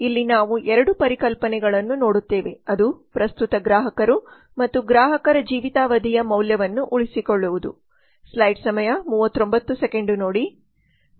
ಇಲ್ಲಿ ನಾವು 2 ಪರಿಕಲ್ಪನೆಗಳನ್ನು ನೋಡುತ್ತೇವೆ ಅದು ಪ್ರಸ್ತುತ ಗ್ರಾಹಕರು ಮತ್ತು ಗ್ರಾಹಕರ ಜೀವಿತಾವಧಿಯ ಮೌಲ್ಯವನ್ನು ಉಳಿಸಿಕೊಳ್ಳುವುದು